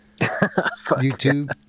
YouTube